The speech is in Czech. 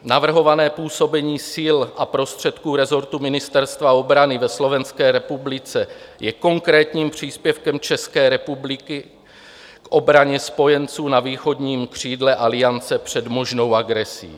Navrhované působení sil a prostředků rezortu Ministerstva obrany ve Slovenské republice je konkrétním příspěvkem České republiky k obraně spojenců na východním křídle Aliance před možnou agresí.